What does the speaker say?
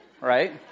right